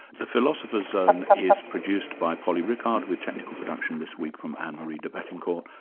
the philosopher's zone is produced by polly rickard with technical production this week from anne-marie debetcourt.